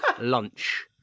lunch